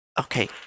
Okay